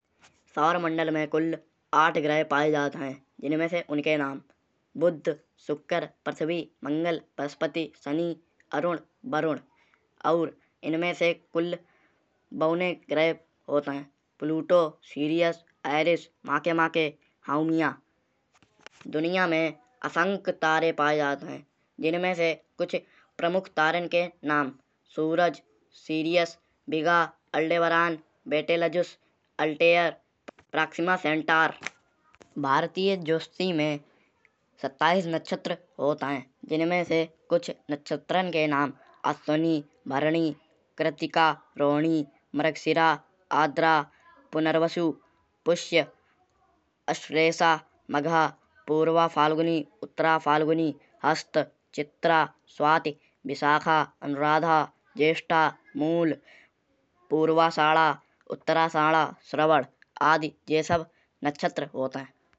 सौरमंडल में कुल आठ ग्रह पाए जात हैं। जिनमें से उनके नाम बुध, शुक्र, पृथ्वी, मंगल, बृहस्पति, शनि, अरुण, वरुण और इनमें से कुल बौने ग्रह होत हैं। Pluto, Ceres, Eris, Makemake, Haumea दुनिया में असंख्य तारे पाए जात हैं। जिनमें से कुछ प्रमुख तारन के नाम Suraj, Sirius, Vega, Aldebaran, Betelgeuse, Altair, पक्षीमाकेंटर। भारतीय ज्योतिषी में सत्ताईस नक्षत्र होत हैं। जिनमे से कुछ नक्षत्रन के नाम अश्विनी, भरणी, कृत्तिका, रोहिणी, मृगशिरा, आर्द्रा, पुनर्वसु, पुष्य, आश्र्वेशा, मघा, पूर्वा फाल्गुनी, उत्तरा फाल्गुनी, हस्त, चित्रा। स्वाति, विशाखा, अनुराधा, ज्येष्ठा, मूला, पूर्वाषाढ़ा, उत्तराषाढा, श्रवण आदि ये सब नक्षत्र होत हैं।